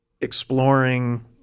exploring